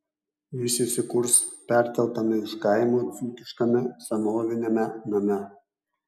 jis įsikurs perkeltame iš kaimo dzūkiškame senoviniame name